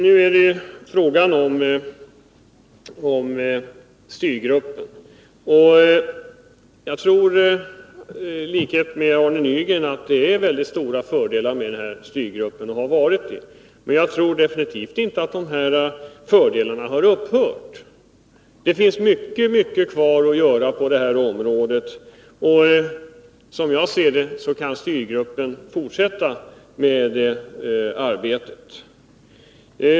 Nu är det ju fråga om styrgruppen. Jag tror i likhet med Arne Nygren att det är och har varit väldigt stora fördelar med denna styrgrupp. Jag tror definitivt inte att dessa fördelar har upphört. Det finns mycket kvar att göra på detta område, och som jag ser det kan styrgruppen fortsätta med detta arbete.